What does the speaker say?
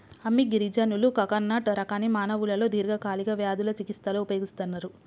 అమ్మి గిరిజనులు కడకనట్ రకాన్ని మానవులలో దీర్ఘకాలిక వ్యాధుల చికిస్తలో ఉపయోగిస్తన్నరు